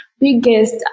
biggest